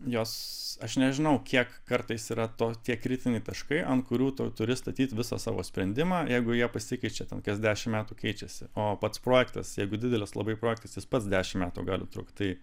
jos aš nežinau kiek kartais yra to tie kritiniai taškai ant kurių tu turi statyti visą savo sprendimą jeigu jie pasikeičia ten kas dešimt metų keičiasi o pats projektas jeigu didelis labai projektas jis pats dešimt metų gali trukti tai